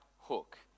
hook